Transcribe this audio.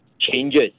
changes